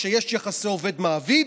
כשיש יחסי עובד מעביד,